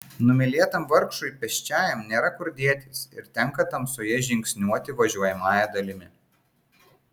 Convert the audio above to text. numylėtam vargšui pėsčiajam nėra kur dėtis ir tenka tamsoje žingsniuoti važiuojamąja dalimi